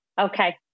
Okay